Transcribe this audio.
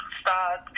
start